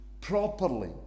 properly